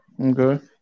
Okay